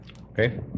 Okay